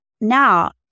now